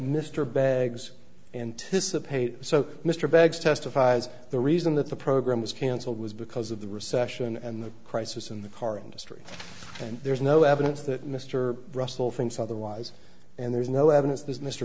mr baggs anticipate so mr baggs testifies the reason that the program was cancelled was because of the recession and the crisis in the car industry and there's no evidence that mr russell thinks otherwise and there's no evidence